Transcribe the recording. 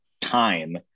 time